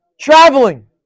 Traveling